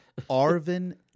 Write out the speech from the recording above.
Arvin